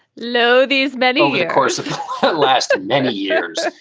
lo these many in the course ah last ah many years.